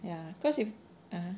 ya cause if err